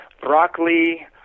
broccoli